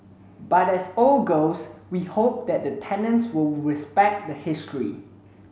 but as old girls we hope that the tenants will respect the history